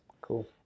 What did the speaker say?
Cool